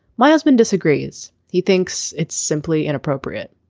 my husband disagrees. he thinks it's simply inappropriate.